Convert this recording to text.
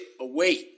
away